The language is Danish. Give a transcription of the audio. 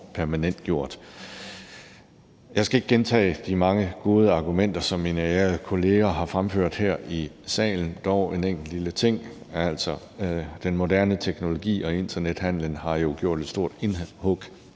Jeg skal ikke gentage de mange gode argumenter, som mine ærede kolleger har fremført her i salen. Dog har jeg en enkelt lille ting: Den moderne teknologi og internethandelen har jo gjort et stort indhug